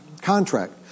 Contract